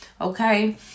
okay